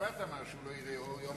כשבית-משפט אמר שהוא לא יראה אור יום,